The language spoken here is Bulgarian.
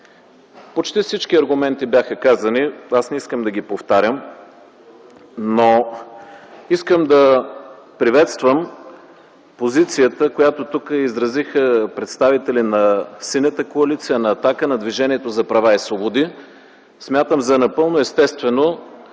Почти всички аргументи бяха казани. Аз не искам да ги повтарям, но искам да приветствам позицията, която тук изразиха представители на Синята коалиция, на „Атака”, на Движението за права и свободи. Смятам за напълно естествено